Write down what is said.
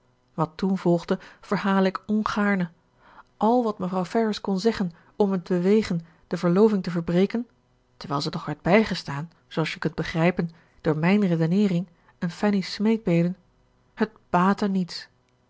wat toen volgde verhaal ik ongaarne al wat mevrouw ferrars kon zeggen om hem te bewegen de verloving te verbreken terwijl zij toch werd bijgestaan zooals je kunt begrijpen door mijn redeneering en fanny's smeekbeden het baatte niets